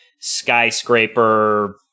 skyscraper